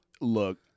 Look